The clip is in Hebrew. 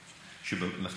אומר: